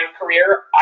career